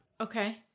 Okay